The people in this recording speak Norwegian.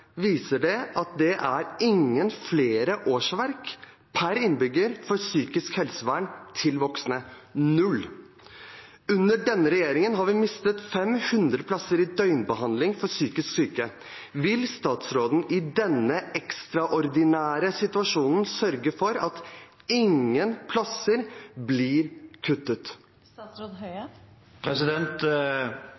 at det er ingen flere årsverk per innbygger for psykisk helsevern for voksne – null. Under denne regjeringen har vi mistet 500 plasser i døgnbehandling for psykisk syke. Vil statsråden i denne ekstraordinære situasjonen sørge for at ingen plasser blir